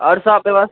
आओर सभ व्यवस्